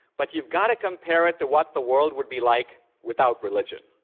but you've got to compare it to what the world would be like without religion.